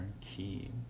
key